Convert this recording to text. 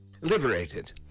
liberated